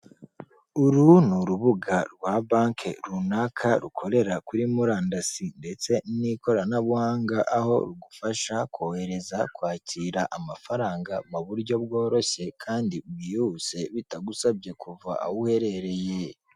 Uru ni urubuga rwa banki runaka rukorera kuri murandasi ndetse n'ikoranabuhanga aho rugufasha kohereza, kwakira amafaranga mu buryo bworoshye kandi bwihuse bitagusabye kuva aho uherereye.